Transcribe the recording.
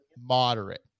moderate